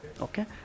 Okay